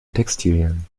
textilien